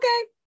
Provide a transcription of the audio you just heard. okay